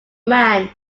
man